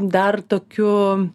dar tokių